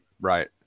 Right